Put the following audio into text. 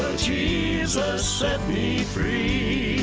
jesus set me free